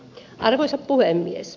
arvoisa puhemies